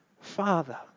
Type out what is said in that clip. Father